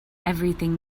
everything